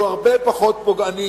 שהוא הרבה פחות פוגעני,